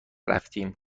رفتیم